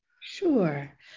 Sure